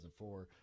2004